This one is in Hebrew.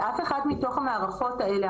אף אחד מתוך המערכות האלה,